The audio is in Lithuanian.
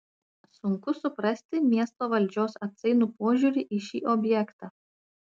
sunku suprasti miesto valdžios atsainų požiūrį į šį objektą